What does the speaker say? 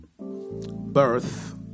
birth